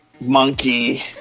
monkey